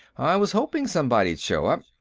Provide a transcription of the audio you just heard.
i was hoping somebody'd show up.